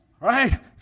right